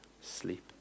sleep